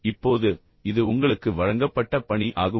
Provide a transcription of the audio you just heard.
இப்போது இது உங்களுக்கு வழங்கப்பட்ட பணி ஆகும்